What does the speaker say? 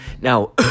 Now